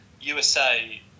USA